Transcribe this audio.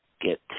get